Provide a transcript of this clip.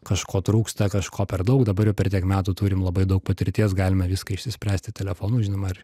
kažko trūksta kažko per daug dabar jau per tiek metų turim labai daug patirties galime viską išspręsti telefonu žinoma ir